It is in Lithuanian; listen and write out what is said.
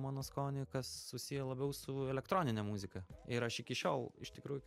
mano skonį kas susiję labiau su elektronine muzika ir aš iki šiol iš tikrųjų